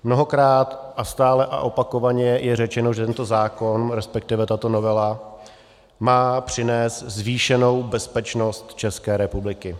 Mnohokrát a stále a opakovaně je řečeno, že tento zákon, resp. tato novela má přinést zvýšenou bezpečnost České republiky.